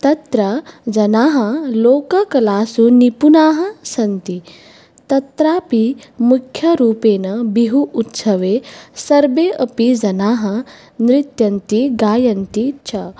तत्र जनाः लोककलासु निपुनाः सन्ति तत्रापि मुख्यरूपेन बिहु उत्चवे सर्बे अपि जनाः नृत्यन्ति गायन्ति च